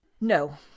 No